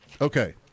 Okay